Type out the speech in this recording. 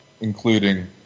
including